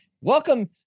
Welcome